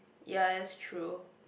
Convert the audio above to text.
ya that's true